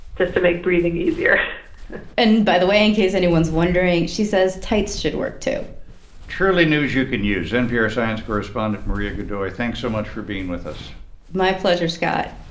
just to make breathing easier and by the way, in case anyone's wondering, she says tights should work, too truly news you can use. npr science correspondent maria godoy, thanks so much for being with us my pleasure, scott